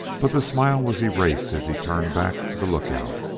but the smile was erased as he turned back to the lookout.